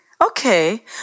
Okay